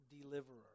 deliverer